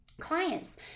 clients